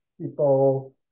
people